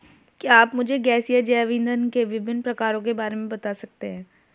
क्या आप मुझे गैसीय जैव इंधन के विभिन्न प्रकारों के बारे में बता सकते हैं?